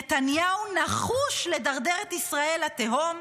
נתניהו נחוש לדרדר את ישראל לתהום,